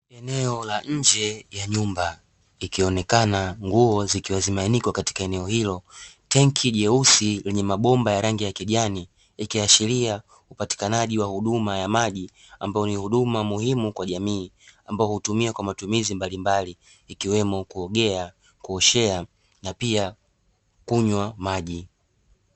Eneo la nje ya nyumba ikionekana nguo zikiwa zimeanikwa katika eneo hilo, tenki jeusi lenye mabomba ya rangi ya kijani ikiashiria upatikanaji wa huduma ya maji ambayo ni huduma muhimu kwa jamii, ambao hutumia kwa matumizi mbalimbali ikiwemo kuogea, kuoshea na pia kunywa maji.